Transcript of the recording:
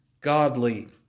godly